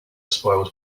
spoils